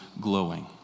glowing